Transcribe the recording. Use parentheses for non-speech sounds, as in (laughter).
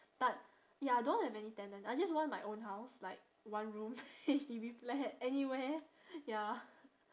but ya don't have any tenant I just want my own house like one room (laughs) H_D_B flat anywhere ya (laughs)